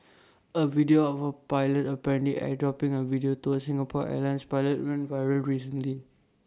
A video of A pilot apparently airdropping A video to an Singapore airlines pilot went viral recently